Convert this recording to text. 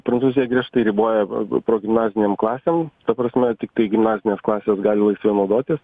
prancūzija griežtai riboja progimnazinėm klasėm ta prasme tiktai gimnazinės klasės gali laisvai naudotis